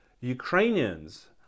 Ukrainians